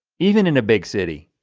even in a big city,